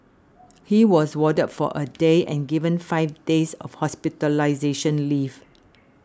he was warded for a day and given five days of hospitalisation leave